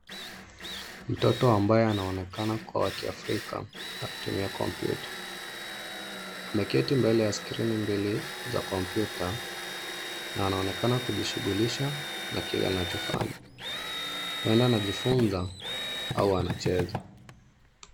Mtoto ambaye anaonekana kuwa wa kiafrika anatumia kompyuta. Ameketi mbele ya skrini mbili za kompyuta na anaonekana kujishughulisha na kile anachofanya. Huenda anajifunza au anacheza.